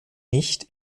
nicht